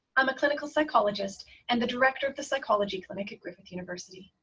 i'm a clinical psychologist and the director of the psychology clinic at griffith university.